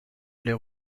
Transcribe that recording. aller